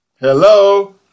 Hello